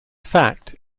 fact